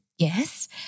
Yes